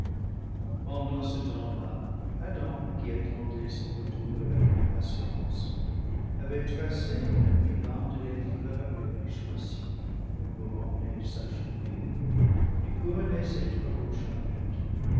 pendant ce temps-là adam qui attendait son retour avec impatience avait tressé une guirlande des fleurs les plus choisies pour orner sa chevelure et couronner ses travaux champêtres